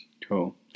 Cool